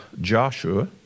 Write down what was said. Joshua